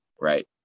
right